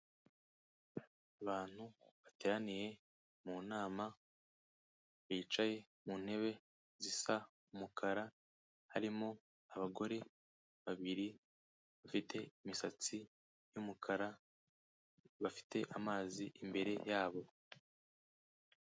Abantu bateraniye mu nama, bicaye mu ntebe zisa umukara, harimo abagore babiri bafite imisatsi y'umukara, bafite amazi imbere yabo.